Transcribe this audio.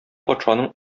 патшаның